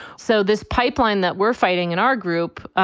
so this pipeline that we're fighting in our group,